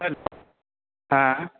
hello हँ